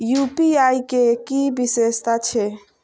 UPI के कि विषेशता छै?